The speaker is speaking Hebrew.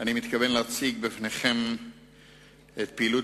אני מתכוון להציג בפניכם את פעילות